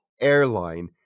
airline